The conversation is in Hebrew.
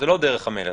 שזו לא דרך המלך.